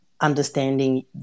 understanding